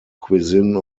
cuisine